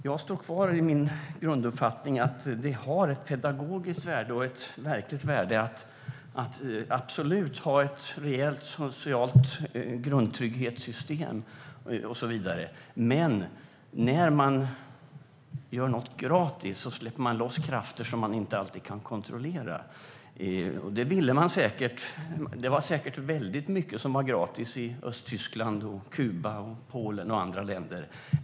Jag står fast vid min grunduppfattning att det har ett pedagogiskt och verkligt värde att ha ett rejält socialt grundtrygghetssystem och så vidare, men när man gör så att något blir gratis släpper man loss krafter som inte alltid kan kontrolleras. Det var säkert mycket som var gratis i Östtyskland, Kuba, Polen och andra länder.